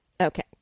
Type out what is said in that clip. Okay